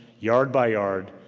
yard by yard,